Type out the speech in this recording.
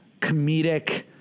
comedic